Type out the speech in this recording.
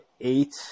eight